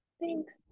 Thanks